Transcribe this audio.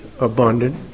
abundant